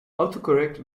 autocorrect